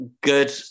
good